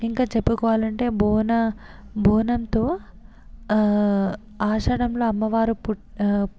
ఇంకా చెప్పుకోవాలంటే బోన బోనంతో ఆషాడంలో అమ్మవారు పుట్ట